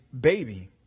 baby